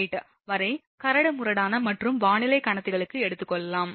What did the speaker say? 98 வரை கரடுமுரடான மற்றும் வானிலைக் கடத்திகளுக்கு எடுத்துக்கொள்ளலாம்